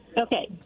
Okay